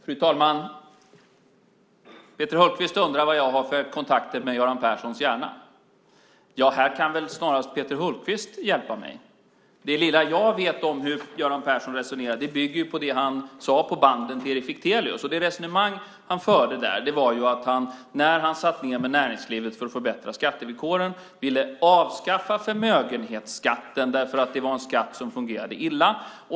Fru talman! Peter Hultqvist undrar vad jag har för kontakter med Göran Perssons hjärna. Här kan väl snarast Peter Hultqvist hjälpa mig. Det lilla jag vet om hur Göran Persson resonerar bygger på det han sade till Erik Fichtelius på banden. Det resonemang han förde där var att han när han satt med näringslivet för att förbättra skattevillkoren ville avskaffa förmögenhetsskatten därför att det var en skatt som fungerade illa.